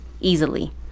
easily